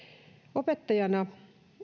opettajana